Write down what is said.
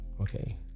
Okay